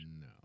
No